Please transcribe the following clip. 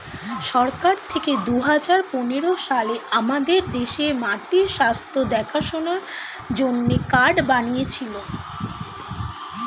সরকার থেকে দুহাজার পনেরো সালে আমাদের দেশে মাটির স্বাস্থ্য দেখাশোনার জন্যে কার্ড বানিয়েছিলো